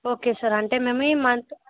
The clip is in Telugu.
ఓకే సార్ అంటే మేము ఈ మంత్